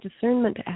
discernment